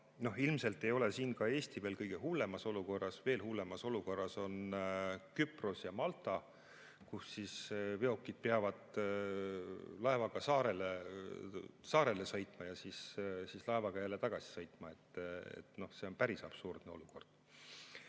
ilmselt ei ole Eesti siin kõige hullemas olukorras, veel hullemas olukorras on Küpros ja Malta, kelle veokid peavad laevaga saarele sõitma ja laevaga jälle tagasi sõitma. See on päris absurdne olukord.